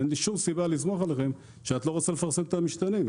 אין לי שום סיבה לסמוך עליכם כשאת לא רוצה לפרסם את המשתנים.